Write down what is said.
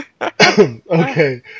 Okay